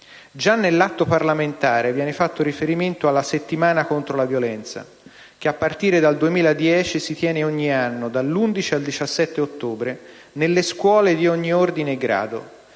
Già nell'atto parlamentare viene fatto riferimento alla «Settimana contro la violenza», che a partire dal 2010 si tiene ogni anno, dall'11 al 17 ottobre, nelle scuole di ogni ordine e grado,